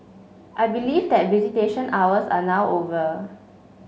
I believe that visitation hours are not over